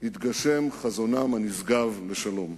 יתגשם חזונם הנשגב לשלום.